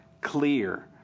clear